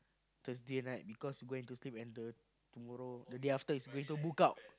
Thursday night because you going to sleep and learn tomorrow the day after is book out